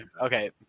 okay